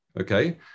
okay